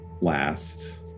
last